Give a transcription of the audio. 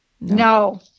No